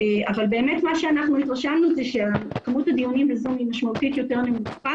אבל באמת אנחנו התרשמנו שכמות הדיונים ב-זום היא משמעותית יותר נמוכה